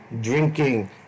drinking